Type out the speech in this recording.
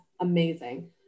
amazing